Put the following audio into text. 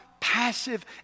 Passive